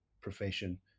profession